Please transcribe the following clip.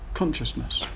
consciousness